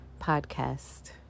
podcast